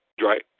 Right